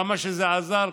כמה שזה עזר,